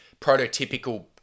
prototypical